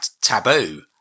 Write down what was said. taboo